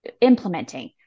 implementing